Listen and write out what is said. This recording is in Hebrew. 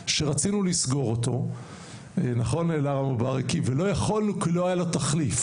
שרצינו לסגור אותו ולא יכולנו כי לא היה לו תחליף,